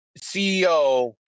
CEO